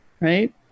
right